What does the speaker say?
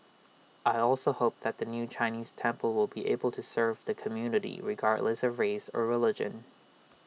I also hope that the new Chinese temple will be able to serve the community regardless of race or religion